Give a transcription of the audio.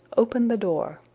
open the door.